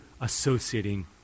associating